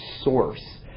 source